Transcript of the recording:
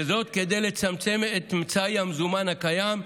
וזאת כדי לצמצם את מצאי המזומן הקיים,